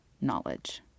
knowledge